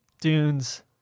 Dunes